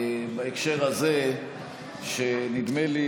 בהקשר הזה שנדמה לי,